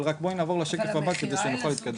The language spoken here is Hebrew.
אבל רק בואי נעבור לשקף הבא כדי שנוכל להתקדם.